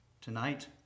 Tonight